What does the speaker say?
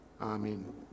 Amen